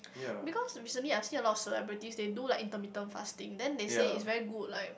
because recently I've seen a lot of celebrities they do like intermittent fasting then they say is very good like